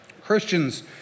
Christians